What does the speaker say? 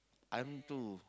I'm too